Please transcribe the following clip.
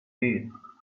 paid